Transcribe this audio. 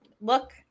look